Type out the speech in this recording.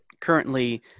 currently